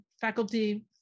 faculty